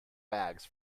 bags